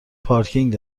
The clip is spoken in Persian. پارکینگ